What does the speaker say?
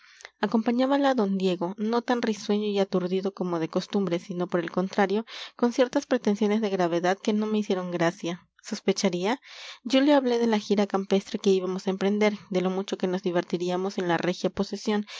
acompañábala d diego no tan risueño y aturdido como de costumbre sino por el contrario con ciertas pretensiones de gravedad que no me hicieron gracia sospecharía yo le hablé de la gira campestre que íbamos a emprender de lo mucho que nos divertiríamos en la regia posesión